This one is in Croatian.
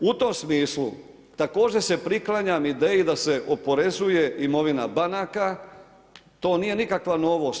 U tom smislu također se priklanjam ideji da se oporezuje imovina banaka, to nije nikakva novost.